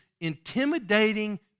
intimidating